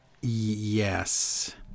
Yes